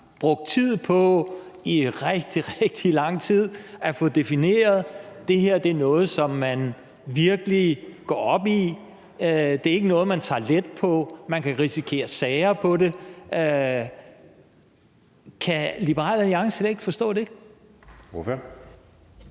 rigtig, rigtig lang tid har brugt tid på at få defineret. Det her er noget, som man virkelig går op i. Det er ikke noget, man tager let på. Man kan risikere sager om det. Kan Liberal Alliance ikke forstå det?